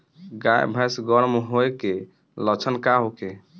गाय भैंस गर्म होय के लक्षण का होखे?